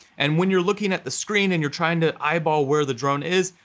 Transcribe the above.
and when you're looking at the screen and you're trying to eyeball where the drone is,